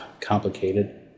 complicated